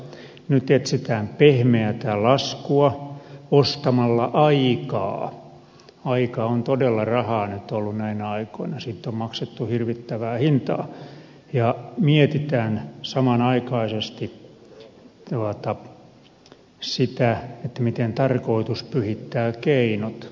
nyt etsitään pehmeätä laskua ostamalla aikaa aika on todella rahaa ollut nyt näinä aikoina siitä on maksettu hirvittävää hintaa ja mietitään samanaikaisesti sitä miten tarkoitus pyhittää keinot